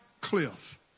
cliff